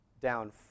down